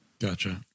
gotcha